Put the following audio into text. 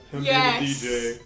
Yes